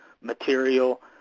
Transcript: material